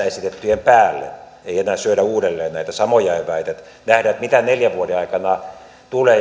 esitettyjen päälle ei enää syödä uudelleen näitä samoja eväitä että nähdään mitä neljän vuoden aikana tulee